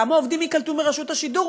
כמה עובדים ייקלטו מרשות השידור.